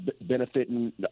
benefiting